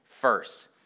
first